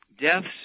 deaths